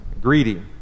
greedy